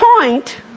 point